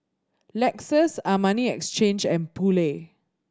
Lexus Armani Exchange and Poulet